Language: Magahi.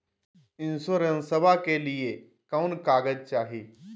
इंसोरेंसबा के लिए कौन कागज चाही?